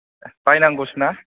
बायनांगौसो ना